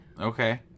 Okay